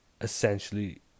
essentially